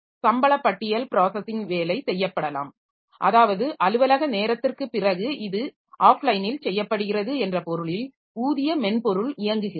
சம்பளப்பட்டியல் processing வேலை ஆஃப்லைனில் செய்யப்படலாம் அதாவது அலுவலக நேரத்திற்குப் பிறகு இது செய்யப்படுகிறது என்ற பொருளில் ஊதிய மென்பொருள் இயங்குகிறது